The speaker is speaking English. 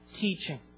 teaching